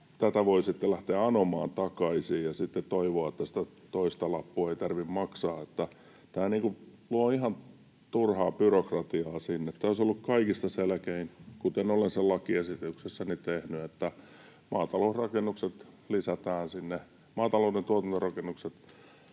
— tätä anomaan takaisin, ja sitten toivoa, että sitä toista lappua ei tarvitse maksaa. Tämä luo ihan turhaa byrokratiaa sinne. Tämä olisi ollut kaikista selkein, kuten olen sen lakiesityksessäni tehnyt, että maatalouden tuotantorakennukset lisätään sinne